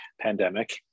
pandemic